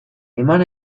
eman